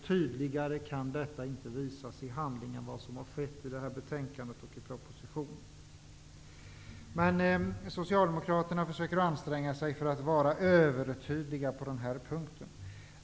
Tydligare kan detta inte visas i handling än som skett i detta betänkande och i propositionen. Men Socialdemokraterna anstränger sig för att vara övertydliga på den här punkten.